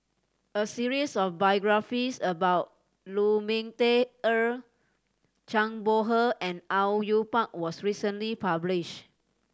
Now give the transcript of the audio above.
a series of biographies about Lu Ming Teh Earl Zhang Bohe and Au Yue Pak was recently publish